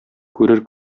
күрер